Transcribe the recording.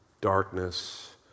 Darkness